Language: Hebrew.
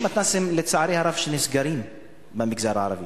יש מתנ"סים, לצערי הרב, שנסגרים במגזר הערבי.